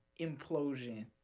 implosion